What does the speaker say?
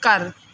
ਘਰ